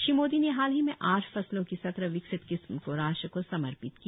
श्री मोदी ने हाल ही में आठ फसलों की सत्रह विकसित किस्म को राष्ट्र को समर्पित किया